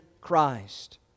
Christ